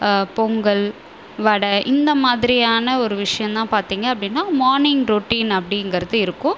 பொங்கல் வடை இந்தமாதிரியான ஒரு விஷியம் தான் பார்த்திங்க அப்படின்னா மார்னிங் ரொட்டின் அப்படிங்கிறது இருக்கும்